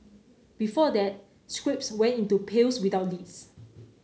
before that scraps went into pails without lids